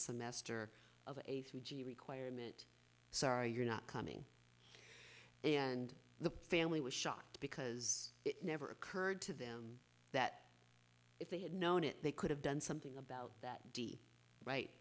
semester of a fiji requirement sorry you're not coming and the family was shocked because it never occurred to them that if they had known it they could have done something about that d right